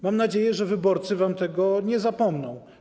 Mam nadzieję, że wyborcy wam tego nie zapomną.